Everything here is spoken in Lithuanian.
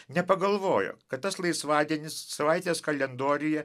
nepagalvojo kad tas laisvadienis savaitės kalendoriuje